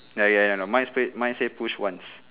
ya ya ya no mine's play mine says push once